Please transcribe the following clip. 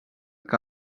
que